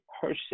person